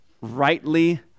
rightly